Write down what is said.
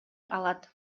алат